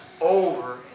over